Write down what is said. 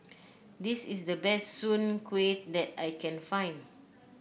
this is the best Soon Kueh that I can find